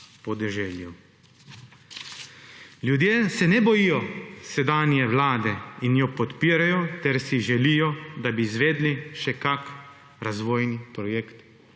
Ljudje se ne bojijo sedanje vlade in jo podpirajo ter si želijo, da bi izvedli še kak razvojni projekt